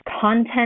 content